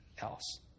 else